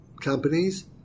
companies